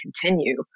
continue